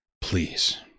Please